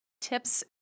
tips